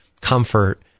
comfort